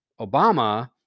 Obama